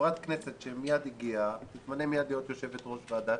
שחברת כנסת שמיד הגיעה תתמנה מיד להיות יושבת-ראש ועדה,